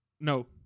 no